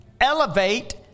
elevate